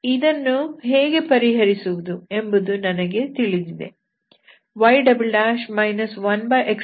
ಇದನ್ನು ಹೇಗೆ ಪರಿಹರಿಸುವುದು ಎಂಬುದು ನನಗೆ ತಿಳಿದಿದೆ